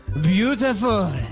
beautiful